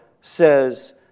says